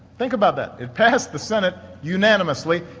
think about that. it passed the senate unanimously.